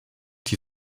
die